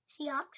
Seahawks